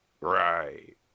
Right